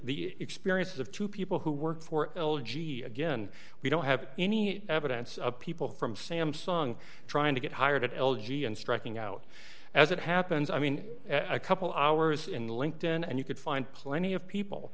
the experiences of two people who work for l g again we don't have any evidence of people from samsung trying to get hired at l g and striking out as it happens i mean a couple hours in linked in and you could find plenty of people